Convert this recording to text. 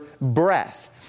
breath